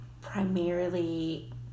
primarily